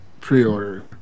pre-order